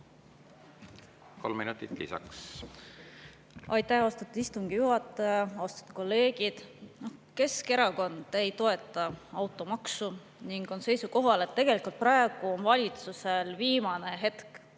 Kolm minutit lisaks. Aitäh, austatud istungi juhataja! Austatud kolleegid! Keskerakond ei toeta automaksu ning on seisukohal, et praegu on valitsusel viimane hetk,